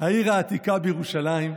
העיר העתיקה בירושלים,